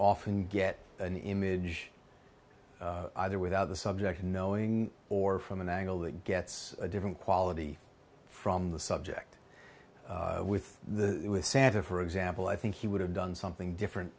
often get an image either without the subject knowing or from an angle that gets a different quality from the subject with the santa for example i think he would have done something different